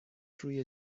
روی